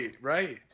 right